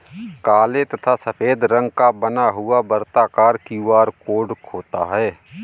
काले तथा सफेद रंग का बना हुआ वर्ताकार क्यू.आर कोड होता है